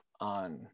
on